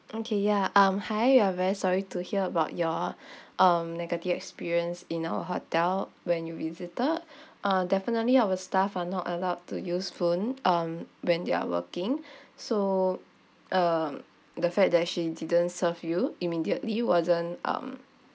okay ya um hi we are very sorry to hear about your um negative experience in our hotel when you visited uh definitely our staff are not allowed to use phone um when they're working so uh the fact that she didn't serve you immediately wasn't um